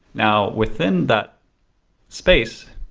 now, within that space,